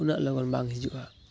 ᱩᱱᱟᱹᱜ ᱞᱚᱜᱚᱱ ᱵᱟᱝ ᱦᱤᱡᱩᱜᱼᱟ